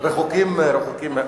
רחוקים.